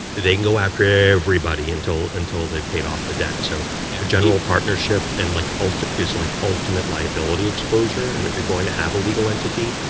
they can go after everybody until until they paid off the debt. so general partnership and like is, like, ultimate liability exposure. and if you're going to have a legal entity,